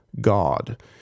God